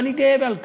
ואני גאה על כך.